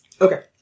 Okay